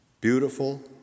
Beautiful